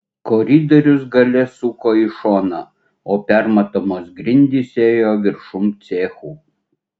koridorius gale suko į šoną o permatomos grindys ėjo viršum cechų